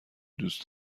دوست